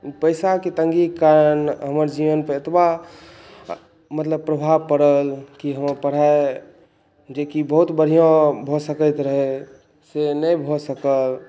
पैसाके तङ्गीके कारण हमर जीवन पर एतबा मतलब प्रभाव पड़ल कि हमर पढ़ाई जेकि बहुत बढ़िऑं भऽ सकैत रहै से नहि भऽ सकल